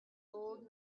old